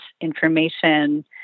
information